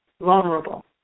vulnerable